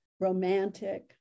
romantic